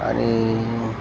आणि